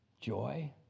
joy